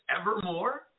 evermore